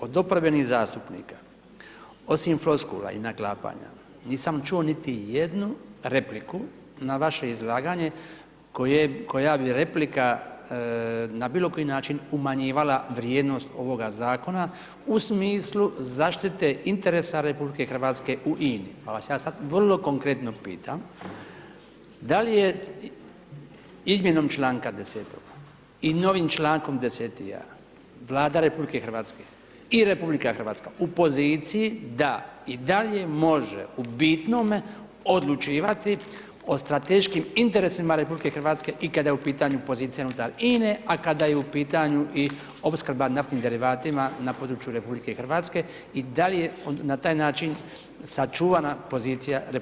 Od oporbenih zastupnika, osim floskula i naklapanja nisam čuo niti jednu repliku na vaše izlaganje, koja bi replika na bilo koji način umanjivala vrijednost ovoga zakona, u smislu zaštite interesa RH u INA-i, pa vas ja sad vrlo konkretno pitam, da li je izmjenom čl. 10. i novim čl. 10A Vlada Republike Hrvatske i RH u poziciji da i dalje može u bitnome odlučivati o strateškim interesima RH i kada je u pitanju pozicija unutar INA-e a kada je u pitanju i opskrba naftnim derivatima na području RH i da li je na taj način sačuvana pozicija RH, ovim zakonom.